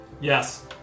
Yes